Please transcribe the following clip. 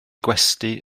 gwesty